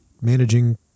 managing